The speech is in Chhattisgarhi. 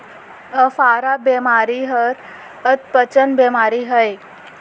अफारा बेमारी हर अधपचन बेमारी अय